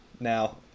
now